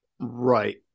Right